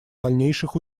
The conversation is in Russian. дальнейших